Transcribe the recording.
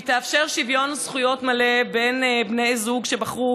היא תאפשר שוויון זכויות מלא בין בני זוג שבחרו